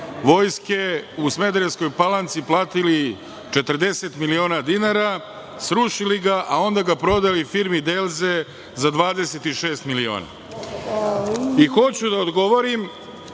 Vojske u Smederevskoj Palanci platili 40 miliona dinara, srušili ga, a onda ga prodali firmi „Deleze“ za 26 miliona. Hoću